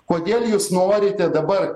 kodėl jūs norite dabar